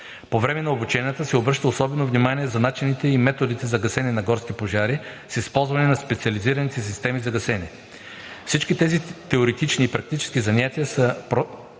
По време на обученията се обръща особено внимание за начините и методите за гасене на горски пожари с използване на специализираните системи за гасене. Всички тези теоретични и практически занятия са